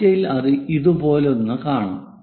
കാഴ്ചയിൽ അത് ഇതുപോലൊന്ന് കാണും